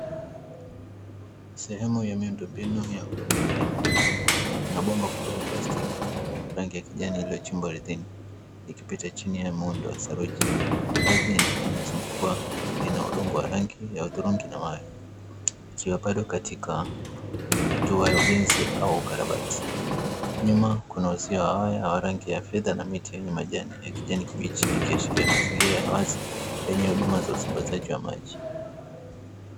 Sehemu ya miundo mbinu ya huduma ya maji, kuna bomba kubwa la plasitiki rangi ya kijani lilio chimbwa ardhini, iki pita chini ya muundo wa saruji ardhi inayo zungukwa ina udongo ya rangi uturungi na mawe. Ikiwa bado katika hatua ya ujenzi au ukarabati nyuma kuna uzio wa waya wa rangi ya fedha na miti yenye majani ya kijani kibichi ikiashiria mazingira ya wazi yenye huduma ya usambazaji wa maji.